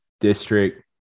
District